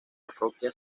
parroquia